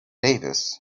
davis